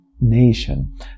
nation